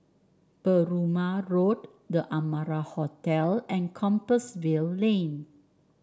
Perumal Road The Amara Hotel and Compassvale Lane